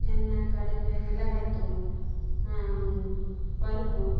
எண்ணெய் கடுகு மிளகாய் தூள் பருப்பு